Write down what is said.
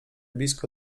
blisko